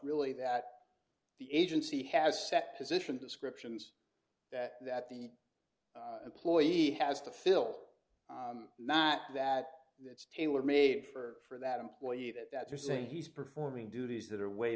really that the agency has set position descriptions that the employee has to fill not that that's tailor made for that employee that that they're saying he's performing duties that are way